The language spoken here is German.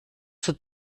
zur